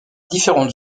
différentes